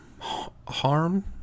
harm